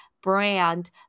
brand